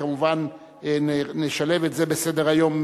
וכמובן נשלב את זה בסדר-היום,